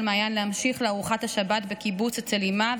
מעיין להמשיך לארוחת השבת בקיבוץ אצל אימה,